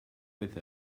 with